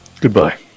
Goodbye